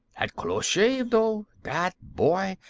had close shave, dough! dat boy,